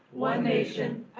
one nation,